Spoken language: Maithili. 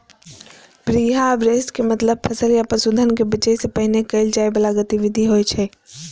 प्रीहार्वेस्ट के मतलब फसल या पशुधन कें बेचै सं पहिने कैल जाइ बला गतिविधि होइ छै